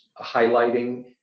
highlighting